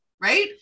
Right